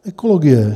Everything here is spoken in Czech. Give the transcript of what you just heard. Ekologie.